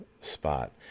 spot